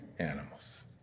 animals